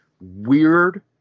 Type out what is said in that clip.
weird